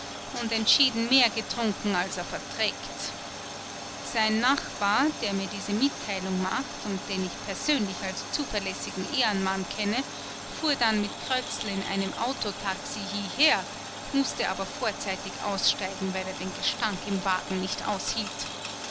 und entschieden mehr getrunken als er verträgt sein nachbar der mir diese mitteilung macht und den ich persönlich als zuverlässigen ehrenmann kenne fuhr dann mit krötzl in einem autotaxi hieher mußte aber vorzeitig aussteigen weil er den gestank im wagen nicht aushielt